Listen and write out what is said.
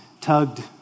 tugged